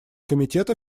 комитета